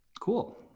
Cool